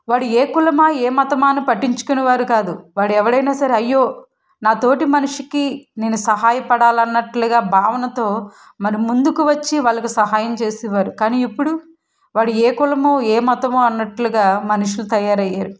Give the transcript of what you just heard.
వాడు ఏ కులమా ఏ మతమా అని పట్టించుకునే వారు కాదు వాడేవడైనా సరే అయ్యో నా తోటి మనిషికి నేను సహాయ పాడాలన్నట్టుగా భావనతో మరి ముందుకు వచ్చి వాళ్ళకి సహాయం చేసేవారు కానీ ఇప్పుడు వాడు ఏ కులమో ఏ మతమో అన్నటుగా మనుషులు తయారయ్యారు